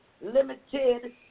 limited